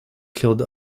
killed